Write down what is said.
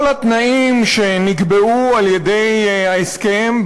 כל התנאים שנקבעו בהסכם,